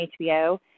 HBO